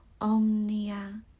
omnia